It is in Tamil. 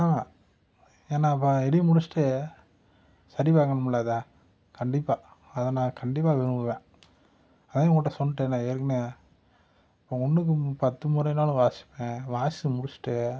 ஆகும் ஏன்னா இப்போ இதையும் முடித்துட்டு சரி பார்க்கணும்ல அதை கண்டிப்பாக அதை நான் கண்டிப்பாக விரும்புவேன் அதுதான் உங்கள்கிட்ட சொல்லிட்டேன்ல ஏற்கனே நான் ஒன்றுக்கு பத்து முறைனாலும் வாசிப்பேன் வாசித்து முடித்துட்டு